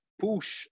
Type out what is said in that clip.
push